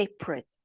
separate